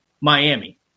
Miami